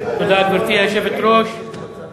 גברתי היושבת-ראש, תודה,